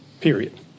period